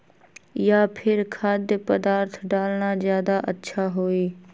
या फिर खाद्य पदार्थ डालना ज्यादा अच्छा होई?